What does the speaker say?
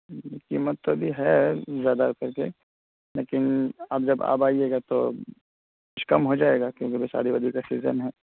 قیمت تو ابھی ہے زیادہ کر کے لیکن اب جب آپ آئیے گا تو کچھ کم ہو جائے گا کیونکہ ابھی شادی وادی کا سیزن ہے